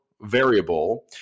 variable